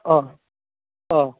अह अह